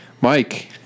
Mike